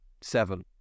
seven